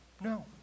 No